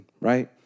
right